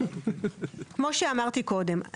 כמו שאמרתי קודם,